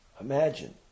Imagine